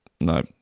no